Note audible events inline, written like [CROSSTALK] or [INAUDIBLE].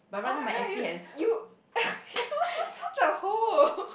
oh-my-god you you [LAUGHS] such a hoe